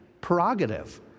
prerogative